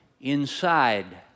inside